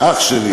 אח שלי.